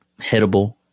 hittable